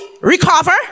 recover